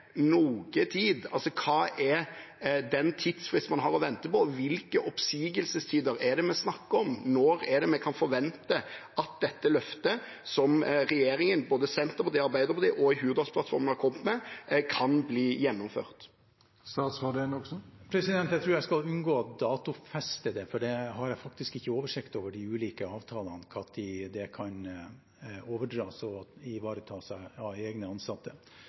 Hva er «noe tid»? Hva er tidsfristen man venter på – hvilke oppsigelsestider er det vi snakker om? Når kan vi forvente at dette løftet som regjeringen, både Senterpartiet og Arbeiderpartiet, og Hurdalsplattformen har kommet med, kan bli gjennomført? Jeg tror jeg skal unngå å datofeste det, for det har jeg faktisk ikke oversikt over – de ulike avtalene og når de kan overdras og ivaretas av egne ansatte.